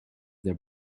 their